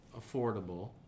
affordable